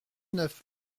neuf